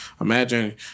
Imagine